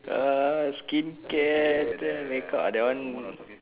uh skincare then makeup uh that one